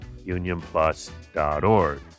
unionplus.org